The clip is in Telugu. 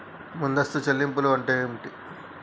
ముందస్తు చెల్లింపులు అంటే ఏమిటి?